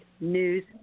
news